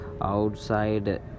outside